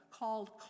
called